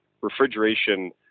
refrigeration